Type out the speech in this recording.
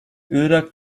irak